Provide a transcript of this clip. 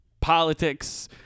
Politics